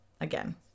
Again